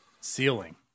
ceiling